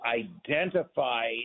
identify